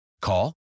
Call